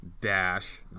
dash